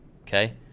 okay